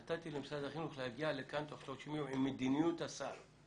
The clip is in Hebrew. נתתי למשרד החינוך להגיע לכאן תוך 30 יום עם מדיניות הסעה.